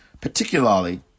particularly